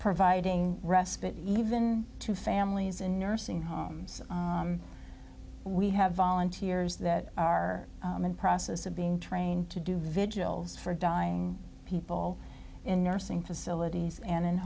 providing respite even to families in nursing homes we have volunteers that are in process of being trained to do vigils for dying people in nursing facilities and in